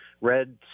Red